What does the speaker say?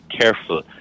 careful